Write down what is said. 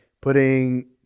putting